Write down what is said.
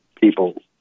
people